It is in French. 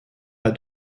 pas